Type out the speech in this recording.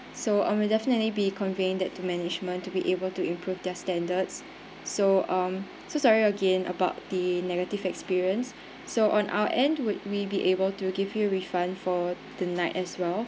so I'll definitely be conveying that to management to be able to improve their standards so um so sorry again about the negative experience so on our end would we be able to give you refund for the night as well